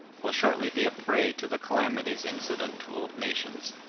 will shortly be a prey to the calamities incident to old nations.